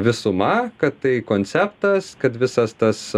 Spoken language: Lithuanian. visuma kad tai konceptas kad visas tas